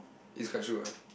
it's quite true right